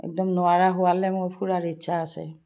একদম নোৱাৰা হোৱালৈ মোৰ ফুৰাৰ ইচ্ছা আছে